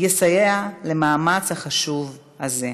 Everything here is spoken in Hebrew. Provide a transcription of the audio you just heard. יסייע למאמץ החשוב הזה.